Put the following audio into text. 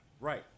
Right